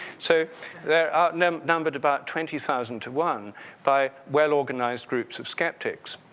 so they're outnumbered about twenty thousand to one by well organized groups of skeptics.